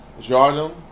Jardim